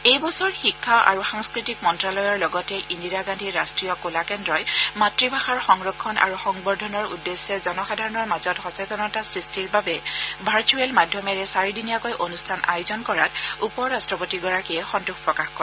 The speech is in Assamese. এই বছৰ শিক্ষা আৰু সাংস্থতিক মন্ত্যালয়ৰ লগতে ইন্দিৰা গান্ধী ৰাষ্ট্ৰীয় কলা কেন্দ্ৰই মাতৃভাষাৰ সংৰক্ষণ আৰু সংবৰ্ধনৰ উদ্দেশ্যে জনসাধাৰণৰ মাজত সচেতনতা সৃষ্টিৰ বাবে ভাৰ্চূৱেল মাধ্যমেৰে চাৰিদিনীয়াকৈ অনুষ্ঠান আয়োজন কৰাত উপ ৰাট্টপতিগৰাকীয়ে সন্তোষ প্ৰকাশ কৰে